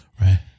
Right